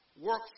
work